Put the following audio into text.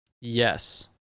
Yes